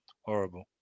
horrible